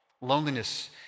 Loneliness